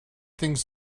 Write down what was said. things